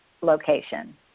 location